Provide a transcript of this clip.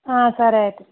సరే అయితే